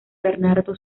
bernardo